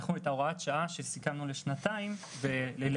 את הוראת השעה שסיכמנו לשנתיים,